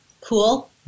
Cool